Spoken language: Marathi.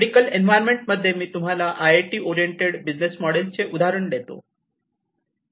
मेडिकल एन्व्हरमेंट तर इथे मी तुम्हाला सर्विस ओरिएंटेड बिझनेस मॉडेलचे उदाहरण देते